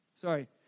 sorry